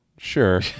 sure